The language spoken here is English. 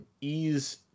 Ease